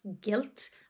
guilt